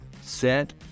Set